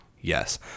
yes